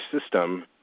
system